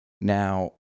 Now